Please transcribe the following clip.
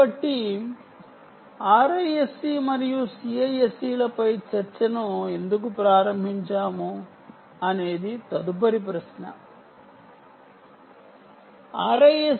కాబట్టి RISC మరియు CISC లపై చర్చను ఎందుకు ప్రారంభించాము అనేది తదుపరి ప్రశ్న